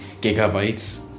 gigabytes